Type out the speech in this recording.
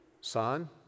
Son